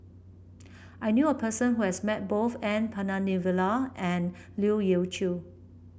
I knew a person who has met both N Palanivelu and Leu Yew Chye